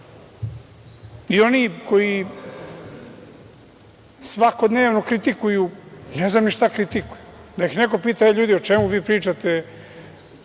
koji svakodnevno kritikuju, ne znam ni šta kritikuju? Neka neko pita – ljudi, o čemu vi pričate,